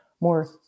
more